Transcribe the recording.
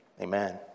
amen